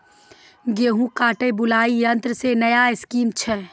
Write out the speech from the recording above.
गेहूँ काटे बुलाई यंत्र से नया स्कीम छ?